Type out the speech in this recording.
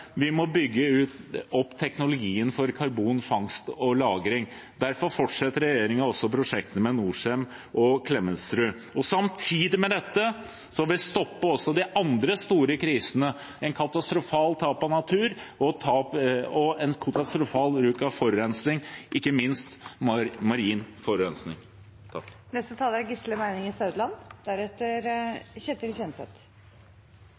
Vi må bygge opp teknologien for karbonfangst og -lagring. Derfor fortsetter regjeringen med prosjektene på Norcem og Klemetsrud. Samtidig med dette må vi også stoppe de andre store krisene. Vi må stoppe et katastrofalt tap av natur og en katastrofal forurensning, ikke minst marin forurensning.